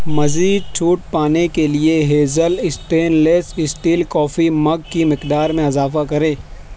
مزید چھوٹ پانے کے لیے hazel stainless steel coffee mug کی مقدار میں اضافہ کرے